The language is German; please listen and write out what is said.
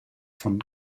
von